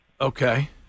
Okay